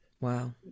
Wow